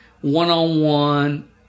one-on-one